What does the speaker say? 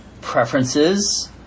Preferences